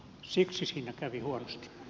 siksi siinä kävi huonosti